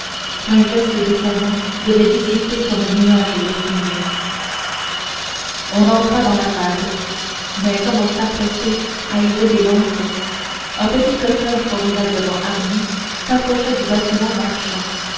qu'un geste de sa main devait dissiper comme un nuage de fumée on entra dans la rade mais comme on s'apprêtait à y jeter l'ancre un petit cutter formidablement armé s'approcha du bâtiment marchand